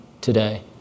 today